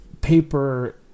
paper